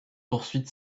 poursuite